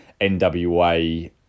NWA